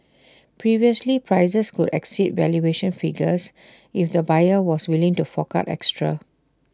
previously prices could exceed valuation figures if the buyer was willing to fork out extra